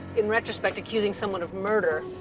in retrospect, accusing someone of murder.